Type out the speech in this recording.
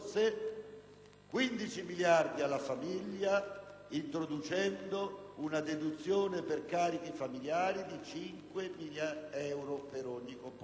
15 miliardi di euro, introducendo una deduzione per carichi familiari di 5.000 euro per ogni componente del nucleo;